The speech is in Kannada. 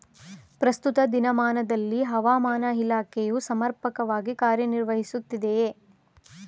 ಪ್ರಸ್ತುತ ದಿನಮಾನದಲ್ಲಿ ಹವಾಮಾನ ಇಲಾಖೆಯು ಸಮರ್ಪಕವಾಗಿ ಕಾರ್ಯ ನಿರ್ವಹಿಸುತ್ತಿದೆಯೇ?